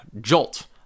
jolt